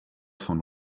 vom